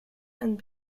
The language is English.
and